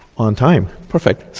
on time. perfect.